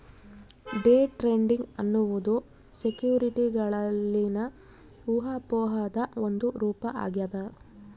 day trading ಎನ್ನುವುದು ಸೆಕ್ಯುರಿಟಿಗಳಲ್ಲಿನ ಊಹಾಪೋಹದ ಒಂದು ರೂಪ ಆಗ್ಯದ